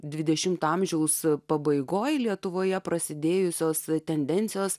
dvidešimto amžiaus pabaigoje lietuvoje prasidėjusios tendencijos